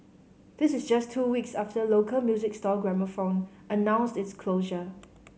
this is just two weeks after local music store Gramophone announced its closure